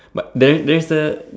but there's there's a